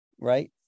Right